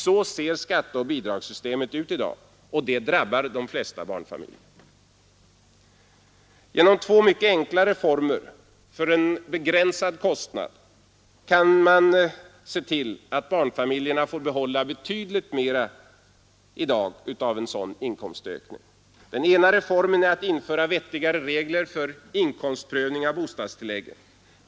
Så ser skatteoch bidragssystemet ut i dag, och det drabbar de flesta barnfamiljer. Genom två mycket enkla reformer för en begränsad kostnad kan man se till att barnfamiljerna får behålla betydligt mer av en sådan inkomstökning. Den ena reformen är att införa vettigare regler för inkomstprövning av bostadstilläggen.